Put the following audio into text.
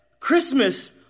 Christmas